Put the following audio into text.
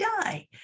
die